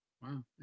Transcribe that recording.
Wow